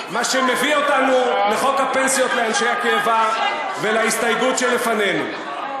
מה שמביא אותנו לחוק הפנסיות לאנשי הקבע ולהסתייגות שלפנינו.